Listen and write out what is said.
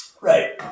right